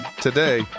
today